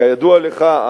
כידוע לך,